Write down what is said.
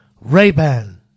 Ray-Ban